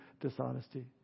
dishonesty